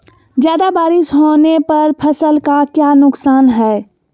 ज्यादा बारिस होने पर फसल का क्या नुकसान है?